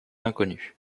inconnu